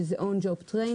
שזה on job training,